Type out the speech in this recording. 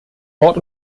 wort